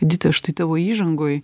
edita štai tavo įžangoj